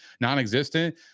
non-existent